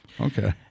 okay